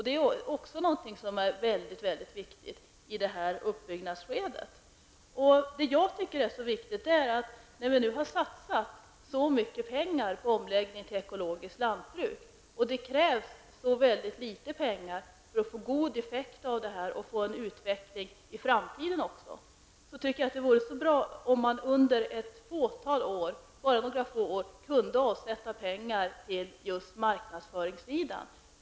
Det är också en mycket viktig sak i uppbyggnadsskedet. När vi nu har satsat så mycket pengar på omläggning till ekologiskt lantbruk och det krävs så litet pengar för att det skall bli en god effekt och en utveckling också i framtiden, tycker jag att det vore bra om man under några få år kunde avsätta pengar till just marknadsföringssidan.